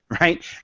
right